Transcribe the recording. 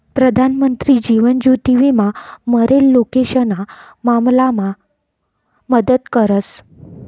प्रधानमंत्री जीवन ज्योति विमा मरेल लोकेशना मामलामा मदत करस